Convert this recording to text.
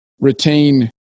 retain